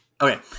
Okay